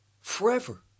forever